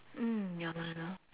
mm ya lor ya lor